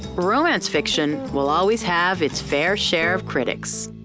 romance fiction will always have its fair share of critics.